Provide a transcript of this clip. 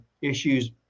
issues